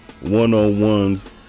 one-on-ones